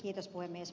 kiitos puhemies